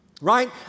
right